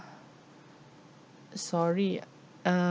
sorry uh